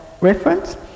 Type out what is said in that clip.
reference